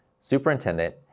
Superintendent